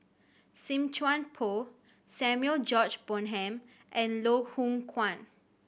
Chuan Poh Samuel George Bonham and Loh Hoong Kwan